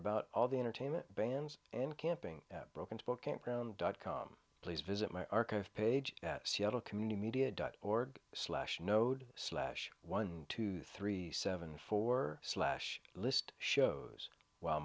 about all the entertainment bans and camping broken to book campground dot com please visit my archive page at seattle community media dot org slash node slash one two three seven four slash list shows while